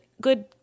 good